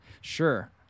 sure